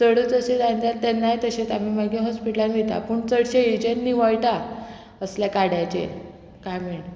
चडूच तशें जायना जाल्या तेन्नाय तशेंच आमी मागीर हॉस्पिटलान वयता पूण चडशें हेजेर निवयटा असल्या काड्याचेर कामीण